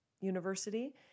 university